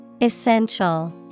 Essential